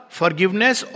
forgiveness